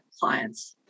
clients